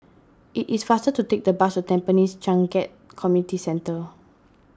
it is faster to take the bus to Tampines Changkat Community Centre